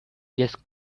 just